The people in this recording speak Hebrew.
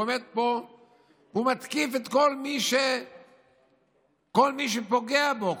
והוא עומד פה ומתקיף את כל מי שפוגע בו,